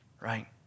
right